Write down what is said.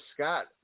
Scott